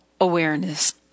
awareness